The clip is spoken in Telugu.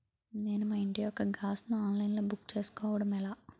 నేను మా ఇంటి యెక్క గ్యాస్ ను ఆన్లైన్ లో బుక్ చేసుకోవడం ఎలా?